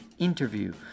interview